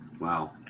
Wow